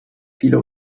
viele